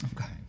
Okay